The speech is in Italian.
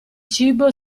cibo